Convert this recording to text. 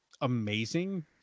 amazing